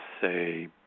say